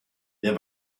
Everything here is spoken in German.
der